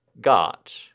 got